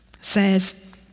says